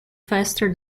faster